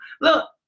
look